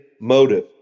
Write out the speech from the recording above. motive